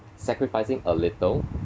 sacrificing a little